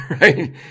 right